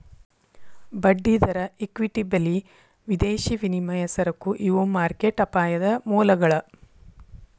ಬಡ್ಡಿದರ ಇಕ್ವಿಟಿ ಬೆಲಿ ವಿದೇಶಿ ವಿನಿಮಯ ಸರಕು ಇವು ಮಾರ್ಕೆಟ್ ಅಪಾಯದ ಮೂಲಗಳ